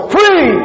Free